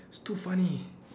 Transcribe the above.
it's too funny